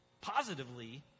positively